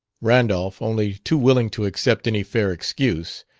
randolph, only too willing to accept any fair excuse,